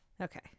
Okay